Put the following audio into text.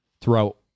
throughout